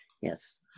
Yes